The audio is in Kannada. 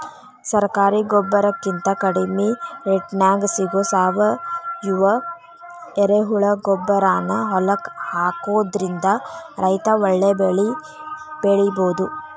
ಸರಕಾರಿ ಗೊಬ್ಬರಕಿಂತ ಕಡಿಮಿ ರೇಟ್ನ್ಯಾಗ್ ಸಿಗೋ ಸಾವಯುವ ಎರೆಹುಳಗೊಬ್ಬರಾನ ಹೊಲಕ್ಕ ಹಾಕೋದ್ರಿಂದ ರೈತ ಒಳ್ಳೆ ಬೆಳಿ ಬೆಳಿಬೊದು